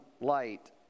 light